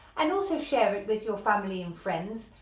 and also share it with your family and friends,